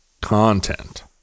content